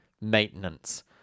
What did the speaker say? maintenance